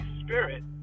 Spirit